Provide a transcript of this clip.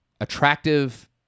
attractive